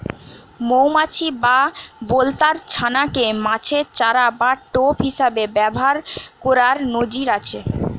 মউমাছি বা বলতার ছানা কে মাছের চারা বা টোপ হিসাবে ব্যাভার কোরার নজির আছে